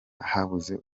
habuze